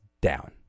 down